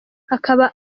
akaba